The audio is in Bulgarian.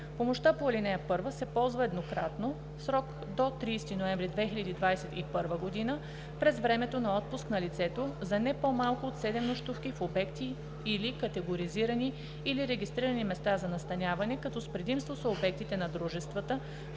Помощта по ал. 1 се ползва еднократно в срок до 30 ноември 2021 г. през времето на отпуск на лицето за не по-малко от 7 нощувки в обекти или категоризирани, или регистрирани места за настаняване, като с предимство са обектите на дружествата,